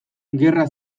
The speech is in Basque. gerra